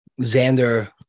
Xander